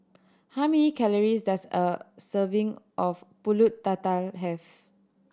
how many calories does a serving of Pulut Tatal have